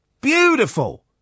Beautiful